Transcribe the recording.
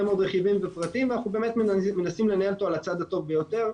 מאוד רכיבים ופרטים ואנחנו באמת מנסים לנהל אותו על הצד הטוב ביותר,